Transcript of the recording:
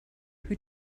who